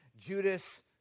Judas